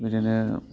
बिदिनो